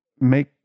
make